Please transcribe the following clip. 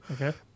Okay